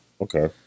Okay